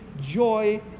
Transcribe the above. joy